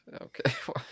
Okay